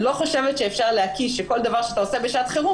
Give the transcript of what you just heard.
אני לא חושבת שאפשר להקיש שכל דבר שאתה עושה בשעת חירום